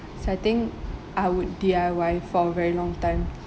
so I think I would D_I_Y for a very long time